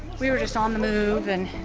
we were just on the move and